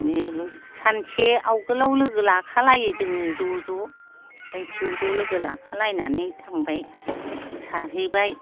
सानसे आवगोलाव लोगो लाखालायो जोङो ज' ज' ओमफ्राय ज' ज' लोगो लाखालायनानै थांबाय सारहैबाय